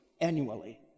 annually